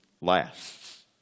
lasts